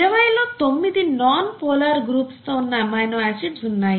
ఇరవై లో తొమ్మిది నాన్ పోలార్ గ్రూప్స్ తో ఉన్న అమైనో ఆసిడ్స్ ఉన్నాయి